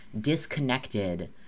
disconnected